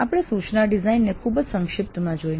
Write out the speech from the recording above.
આપણે સૂચના ડિઝાઇન ને ખૂબ જ સંક્ષિપ્તમાં જોઈ